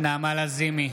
נעמה לזימי,